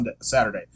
Saturday